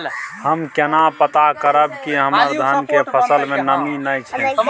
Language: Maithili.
हम केना पता करब की हमर धान के फसल में नमी नय छै?